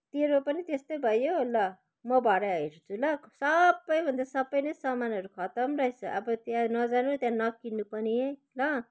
तेरो पनि त्यस्तै भयो ल म भरै हेर्छु ल सबैभन्दा सबै नै सामानहरू खत्तम रहेछ अब त्यहाँ नजानु त्यहाँ नकिन्नु पनि है ल